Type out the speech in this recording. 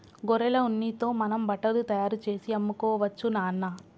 గొర్రెల ఉన్నితో మనం బట్టలు తయారుచేసి అమ్ముకోవచ్చు నాన్న